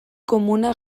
komunak